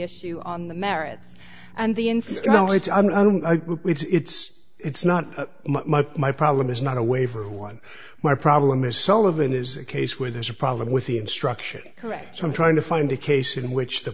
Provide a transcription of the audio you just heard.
issue on the merits and the install it's it's it's not my my problem is not a way for one my problem is sullivan is a case where there's a problem with the instruction correct so i'm trying to find a case in which the